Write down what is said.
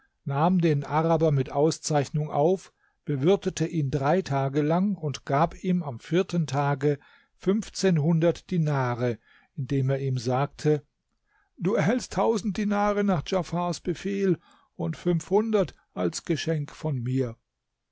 nahm den araber mit auszeichnung auf bewirtete ihn drei tage lang und gab ihm am vierten tage fünfzehnhundert dinare indem er ihm sagte du erhältst tausend dinare nach djafars befehl und fünfhundert als geschenk von mir